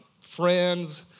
Friends